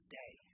day